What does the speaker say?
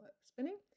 spinning